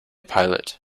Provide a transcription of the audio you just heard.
pilot